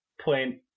point